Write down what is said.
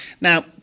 Now